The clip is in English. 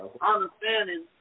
Understanding